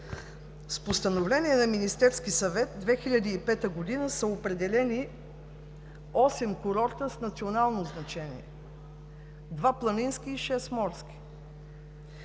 С Постановление на Министерския съвет през 2005 г. са определени осем курорта с национално значение – два планински и шест морски.